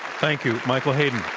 thank you, michael hayden.